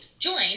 Join